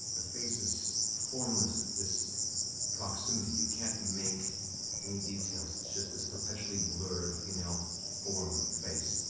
the face is formless at this proximity. you can't make any details. it's just this perpetually blurred female form of a face.